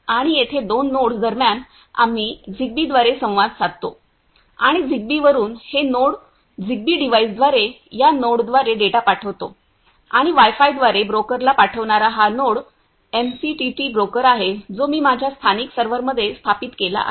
आणि येथे दोन नोड्स दरम्यान आम्ही झिग्बीद्वारे संवाद साधतो आणि झीगबी वरुन हे नोड झिगबी डिव्हाइसद्वारे या नोडद्वारे डेटा पाठवितो आणि वाय फायद्वारे ब्रोकरला पाठविणारा हा नोड एमसीटीटी ब्रोकर आहे जो मी माझ्या स्थानिक सर्व्हरमध्ये स्थापित केला आहे